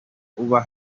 uba